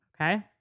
Okay